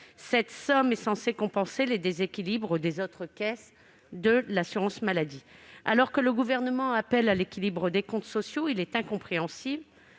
Cette somme est censée compenser les déséquilibres des autres caisses de l'assurance maladie. Alors que le Gouvernement appelle à l'équilibre des comptes sociaux, il est incompréhensible